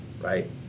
right